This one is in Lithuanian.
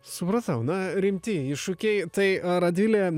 supratau na rimti iššūkiai tai a radvilė